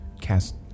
cast